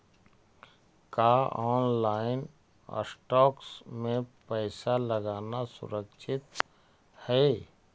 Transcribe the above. का online stocks में पैसा लगाना सुरक्षित हई